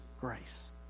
grace